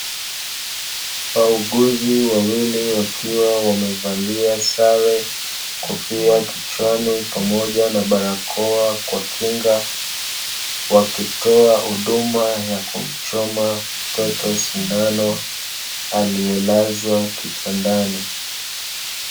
Wauguzi wawili wakiwa wamevalia sare, kofia kichwani pamoja na barakoa kwa kinga, wakitoa huduma ya kumchoma mtoto sindano aliyelazwa kitandani.